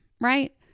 Right